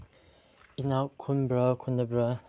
ꯏꯅꯥꯛ ꯈꯨꯟꯕ꯭ꯔꯥ ꯈꯨꯟꯗꯕ꯭ꯔꯥ